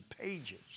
pages